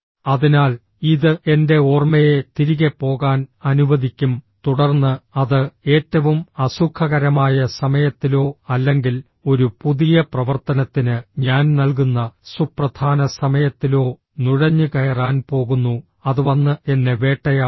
അതിനാൽ ഇത് എന്റെ ഓർമ്മയെ തിരികെ പോകാൻ അനുവദിക്കും തുടർന്ന് അത് ഏറ്റവും അസുഖകരമായ സമയത്തിലോ അല്ലെങ്കിൽ ഒരു പുതിയ പ്രവർത്തനത്തിന് ഞാൻ നൽകുന്ന സുപ്രധാന സമയത്തിലോ നുഴഞ്ഞുകയറാൻ പോകുന്നു അത് വന്ന് എന്നെ വേട്ടയാടുന്നു